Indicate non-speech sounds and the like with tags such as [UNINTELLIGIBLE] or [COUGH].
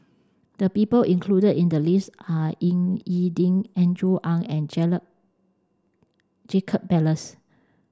the people included in the list are Ying E Ding Andrew Ang and [UNINTELLIGIBLE] Jacob Ballas